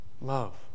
Love